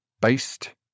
Based